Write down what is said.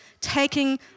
Taking